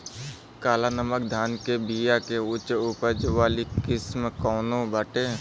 काला नमक धान के बिया के उच्च उपज वाली किस्म कौनो बाटे?